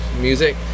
Music